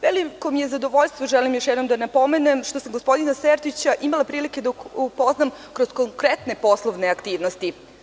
Veliko mi je zadovoljstvo i želim još jednom da napomenem što sam gospodina Sertića imala prilike da upoznam kroz konkretne poslovne aktivnosti.